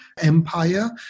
Empire